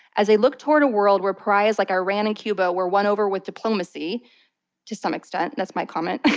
as they looked toward a world where pariahs like iran and cuba were won over with diplomacy to some extent thats my comment,